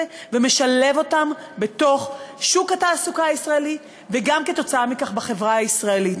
ומשלבים אותם בתוך שוק התעסוקה הישראלי ובעקבות זאת גם בחברה הישראלית.